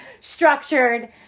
structured